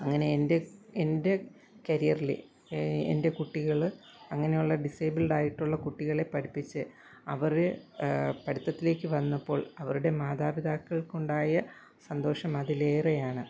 അങ്ങനെ എൻ്റെ എൻ്റെ കര്യറിൽ എൻ്റെ കുട്ടികൾ അങ്ങനെയുള്ള ഡിസേബിൾഡ് ആയിട്ടുള്ള കുട്ടികളെ പഠിപ്പിച്ച് അവരെ പഠിത്തത്തിലേക്ക് വന്നപ്പോൾ അവരുടെ മാതാപിതാക്കൾക്കുണ്ടായ സന്തോഷം അതിലേറെയാണ്